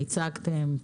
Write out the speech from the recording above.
הצגתם,